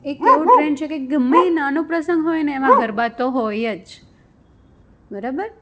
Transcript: એક એવો ટ્રેન્ડ છે કે ગમે એ નાનો પ્રસંગ હોયને એમાં ગરબા તો હોય જ બરાબર